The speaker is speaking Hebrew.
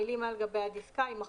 המילים "על גבי הדיסקה" יימחקו,"